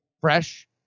fresh